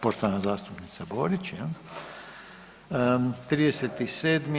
Poštovana zastupnica Borić jel.